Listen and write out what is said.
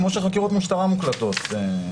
כמו שחקירות במשטרה מוקלטות.